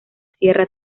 sierra